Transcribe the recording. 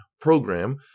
program